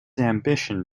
ambition